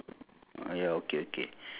pea hole